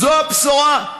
זו הבשורה?